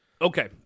Okay